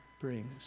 brings